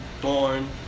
Thorn